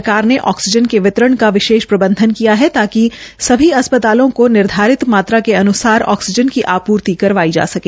सरकार ने ऑक्सीजन के वितरण का विशेष प्रबंधन किया है ताकि सभी अस्पतालों को निर्धारित मात्रा के अनुसार ऑक्सीजन की आपूर्ति करवाई जा सके